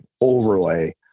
overlay